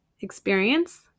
experience